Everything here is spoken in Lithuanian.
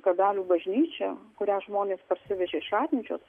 kabelių bažnyčia kurią žmonės parsivežė iš ratnyčios